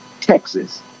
Texas